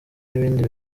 n’ibindi